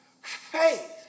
faith